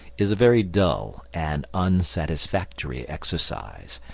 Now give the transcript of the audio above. is a very dull and unsatisfactory exercise,